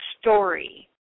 story